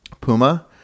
Puma